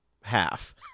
half